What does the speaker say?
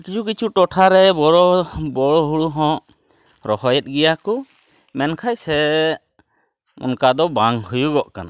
ᱠᱤᱪᱷᱩ ᱠᱤᱪᱷᱩ ᱴᱚᱴᱷᱟᱨᱮ ᱵᱚᱨᱚ ᱵᱚᱨᱚ ᱦᱩᱲᱩᱦᱚᱸ ᱨᱚᱦᱚᱭᱮᱫ ᱜᱮᱭᱟᱠᱚ ᱢᱮᱱᱠᱷᱟᱱ ᱥᱮ ᱚᱱᱠᱟᱫᱚ ᱵᱟᱝ ᱦᱩᱭᱩᱜᱚᱜ ᱠᱟᱱᱟ